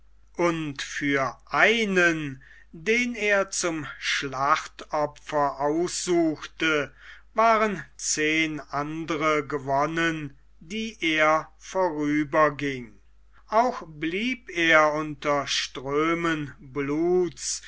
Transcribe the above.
und für einen den er zum schlachtopfer aussuchte waren zehn andere gewonnen die er vorüberging auch blieb er unter strömen bluts